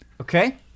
Okay